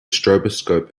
stroboscope